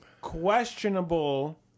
questionable